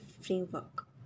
framework